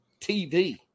TV